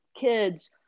kids